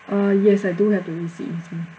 uh yes I do have the receipt with me